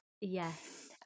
yes